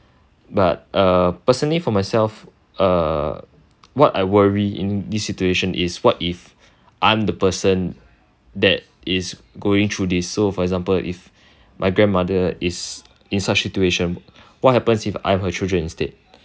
but uh personally for myself uh what I worry in this situation is what if I'm the person that is going through this so for example if my grandmother is in such situation what happens if I'm her children instead